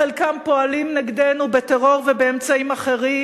חלקם פועלים נגדנו בטרור ובאמצעים אחרים.